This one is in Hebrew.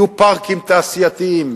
יהיו פארקים תעשייתיים,